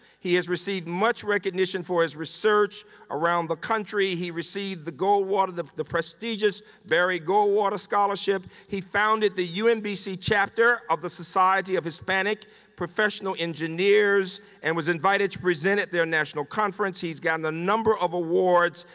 he has received much recognition for his research around the country. he received the goldwater the the prestigious barry goldwater scholarship. he founded the umbc chapter of the society of hispanic professional engineers and was invited to present at their national conference. he's gotten a number of awards.